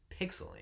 pixeling